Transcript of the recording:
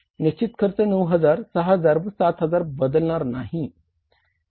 निश्चित खर्च 9000 6000 व 7000 बदलणार नाही